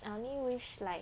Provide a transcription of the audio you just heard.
I only wish like